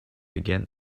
again